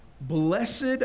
Blessed